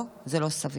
לא, זה לא סביר.